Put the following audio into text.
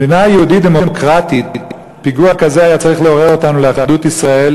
במדינה יהודית דמוקרטית פיגוע כזה היה צריך לעורר אותנו לאחדות ישראל,